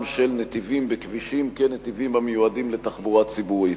של נתיבים בכבישים כנתיבים המיועדים לתחבורה ציבורית.